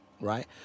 right